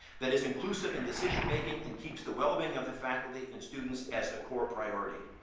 that is inclusive in decision-making and keeps the well-being of the faculty and students as the core priority.